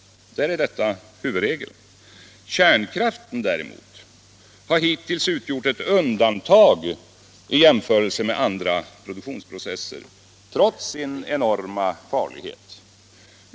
Där är detta huvudregel. Kärnkraften har däremot hittills utgjort ett undantag i jämförelse med andra produktionsprocesser, trots sin enorma farlighet.